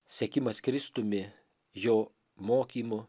sekimas kristumi jo mokymu